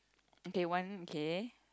okay one okay